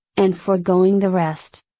and foregoing the rest.